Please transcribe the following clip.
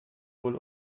wohl